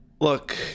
look